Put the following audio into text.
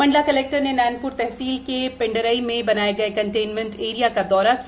Mandla collector ने नैनपुर तहसील के पिण्डरई में बनाए गए कंटेनमेंट ऐरिया का दौरा किया